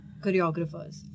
Choreographers